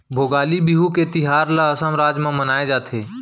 भोगाली बिहू के तिहार ल असम राज म मनाए जाथे